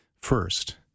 first